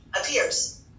appears